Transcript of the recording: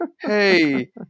Hey